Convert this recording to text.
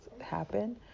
happen